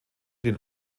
den